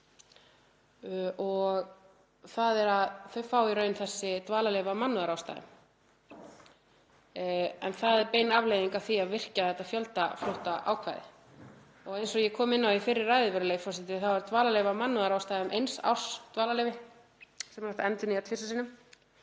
og það er að það fái í raun þessi dvalarleyfi af mannúðarástæðum. En það er bein afleiðing af því að virkja þetta fjöldaflóttaákvæði. Eins og ég kom inn á í fyrri ræðu, virðulegi forseti, er dvalarleyfi af mannúðarástæðum eins árs dvalarleyfi sem er hægt að endurnýja tvisvar sinnum.